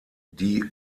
die